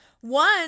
One